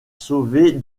sauver